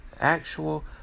actual